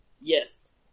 Yes